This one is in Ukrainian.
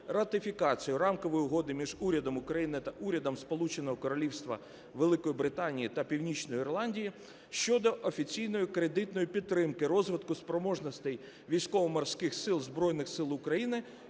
ратифікацію Рамкової угоди між Урядом України та Урядом Сполученого Королівства Великої Британії та Північної Ірландії щодо офіційної кредитної підтримки розвитку спроможностей Військово-Морських Сил Збройних Сил України